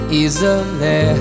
easily